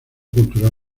cultural